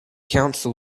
counsel